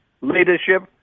leadership